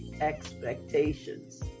expectations